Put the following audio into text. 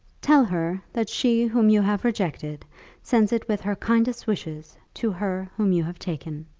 tell her that she whom you have rejected sends it with her kindest wishes to her whom you have taken.